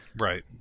Right